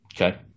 Okay